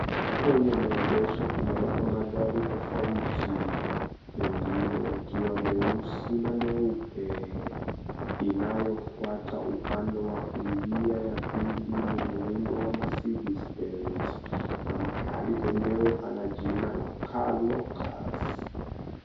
Kwenye maegesho kumewekwa magari tofauti, mengine yakiwa meusi na mengine meupe. Inayofuata upande wa kulia wa pili ni muundo wa Mercedes Benz na pahali penyewe pana jina Car lockers.